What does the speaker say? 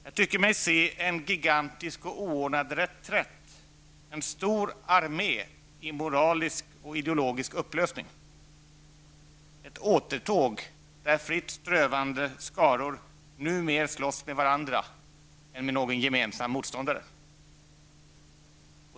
Jag tycker mig se en gigantisk och oordnad reträtt, en stor armé i moralisk och ideologisk upplösning, ett återtåg där fritt strövande skaror nu mer slåss med varandra än med någon gemensam motståndare.